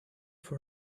for